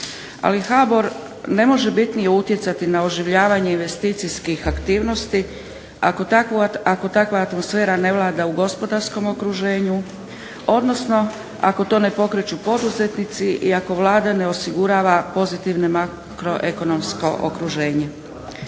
Ali HBOR ne može bitnije utjecati na oživljavanje investicijskih aktivnosti ako takva atmosfera ne vlada u gospodarskom okruženju, odnosno ako to ne pokreću poduzetnici i ako Vlada ne osigurava pozitivne makro-ekonomsko okruženje.